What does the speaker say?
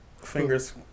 Fingers